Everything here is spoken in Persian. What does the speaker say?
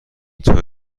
چرا